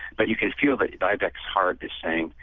but you can feel that dybek's heart is saying,